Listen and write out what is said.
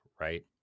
Right